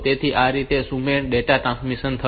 તેથી આ રીતે આ અસુમેળ ડેટા ટ્રાન્સમિશન થશે